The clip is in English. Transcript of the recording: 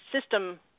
system